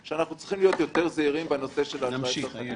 על כך שצריך להיות יותר זהירים בנושא של האשראי הצרכני.